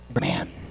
Man